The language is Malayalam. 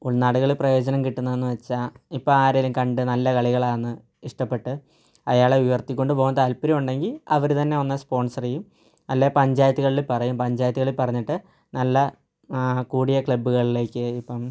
ഉൾനാടുകളിൽ പ്രയോജനം കിട്ടുന്നതെന്ന് വെച്ചാൽ ഇപ്പം ആരെങ്കിലും കണ്ട് നല്ല കളികളാണ് ഇഷ്ടപ്പെട്ട് അയാളെ ഉയർത്തി കൊണ്ടുപോകാൻ താല്പര്യം ഉണ്ടെങ്കിൽ അവർ തന്നെ വന്ന് സ്പോൺസർ ചെയ്യും അല്ലെങ്കിൽ പഞ്ചായത്തുകളിൽ പറയും പഞ്ചായത്തുകളിൽ പറഞ്ഞിട്ട് നല്ല കൂടിയ ക്ലബുകളിലേക്ക് ഇപ്പം